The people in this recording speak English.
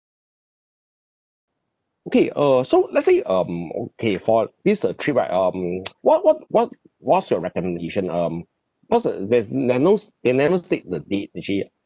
eh okay err so let's say um okay for this uh trip right um what what what what's your recommendation um what's uh there's there are no s~ they never take the date actually